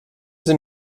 sie